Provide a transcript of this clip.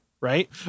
Right